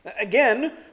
Again